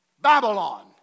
Babylon